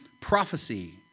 Prophecy